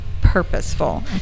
purposeful